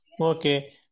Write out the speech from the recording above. Okay